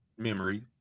memory